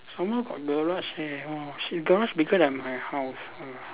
some more got garage eh !wah! she garage bigger than my house ah